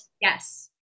Yes